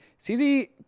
CZ